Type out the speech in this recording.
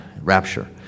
rapture